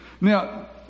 Now